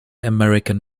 american